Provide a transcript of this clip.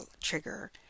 trigger